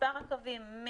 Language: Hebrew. במספר הקווים,